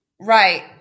Right